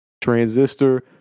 Transistor